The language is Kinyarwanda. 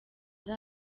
ari